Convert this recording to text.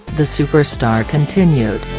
the superstar continued.